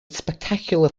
spectacular